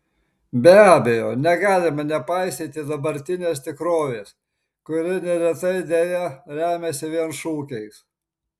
be abejo negalime nepaisyti dabartinės tikrovės kuri neretai deja remiasi vien šūkiais